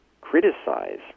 criticize